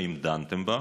האם דנתם בה?